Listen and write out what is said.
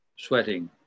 sweating